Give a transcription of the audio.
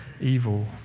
evil